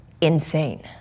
insane